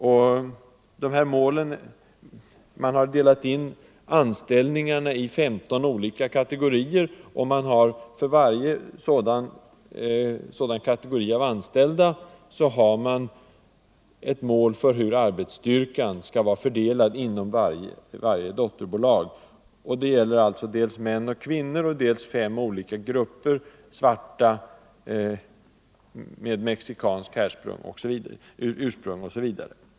Befattningarna i företaget har delats in i 15 olika kategorier, och för varje sådan kategori har man ett mål för hur arbetsstyrkan skall vara fördelad inom varje dotterbolag. Det gäller alltså dels män och kvinnor, dels fem olika etniska grupper — svarta, människor av mexikansk härkomst osv.